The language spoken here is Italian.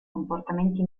comportamenti